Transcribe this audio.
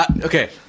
Okay